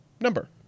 number